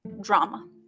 drama